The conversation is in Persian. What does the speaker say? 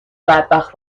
بدبخت